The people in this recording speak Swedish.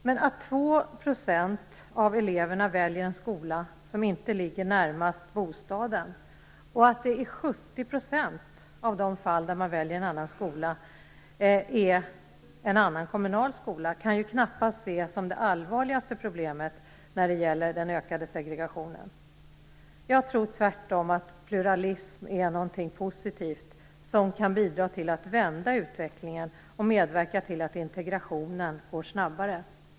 Men att 2 % av eleverna väljer en skola som inte ligger närmast bostaden och att det i 70 % av fallen är en annan kommunal skola kan knappast ses som det allvarligaste problemet när det gäller den ökade segregationen. Jag tror tvärtom att pluralism är någonting positivt som kan bidra till att vända utvecklingen och medverka till att integrationen går snabbare.